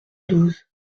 douze